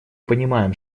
понимаем